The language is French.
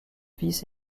fils